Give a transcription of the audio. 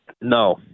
No